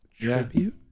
tribute